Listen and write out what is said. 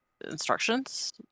instructions